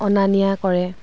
অনা নিয়া কৰে